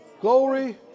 Glory